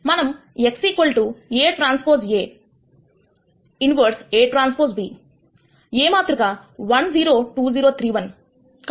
మనం x Aᵀ A inverse Aᵀ b